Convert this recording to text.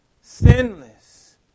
sinless